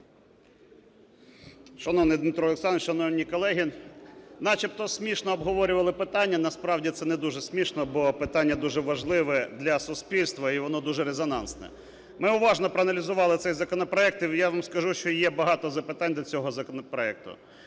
Шановний Дмитре Олександровичу, шановні колеги! Начебто смішно обговорювали питання, насправді, це не дуже смішно, бо питання дуже важливе для суспільства, і воно дуже резонансне. Ми уважно проаналізували цей законопроект, і я вам скажу, що є багато запитань до цього законопроекту.